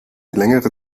längere